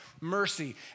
mercy